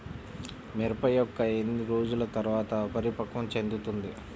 మిరప మొక్క ఎన్ని రోజుల తర్వాత పరిపక్వం చెందుతుంది?